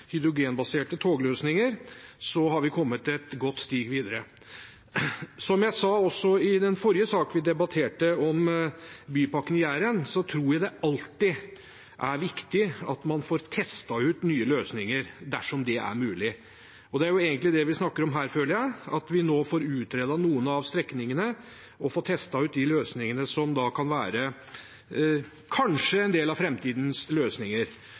hydrogenbaserte tog, har vi kommet et godt steg videre. Som jeg sa også i den forrige saken vi debatterte, om Bymiljøpakken for Nord-Jæren, tror jeg alltid det er viktig at man får testet ut nye løsninger dersom det er mulig. Det er jo egentlig det vi snakker om her, føler jeg, at vi nå får utredet noen av strekningene og får testet ut de løsningene som kanskje kan være en del av framtidens løsninger.